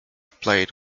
plate